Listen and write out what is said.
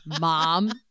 Mom